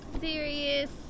serious